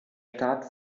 staat